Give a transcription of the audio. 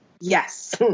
Yes